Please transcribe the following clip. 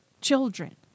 children